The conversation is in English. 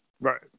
Right